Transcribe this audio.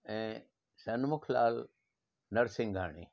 ऐं सैनमुख लाल नर्सिंघाणी